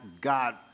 God